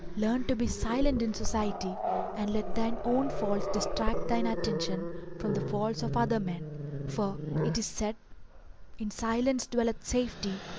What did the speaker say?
learn to be silent in society and let thine own faults distract thine attention from the faults of other men for it is said in silence dwelleth safety,